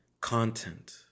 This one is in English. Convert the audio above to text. content